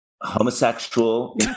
homosexual